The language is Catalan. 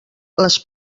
les